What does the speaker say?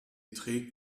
trägt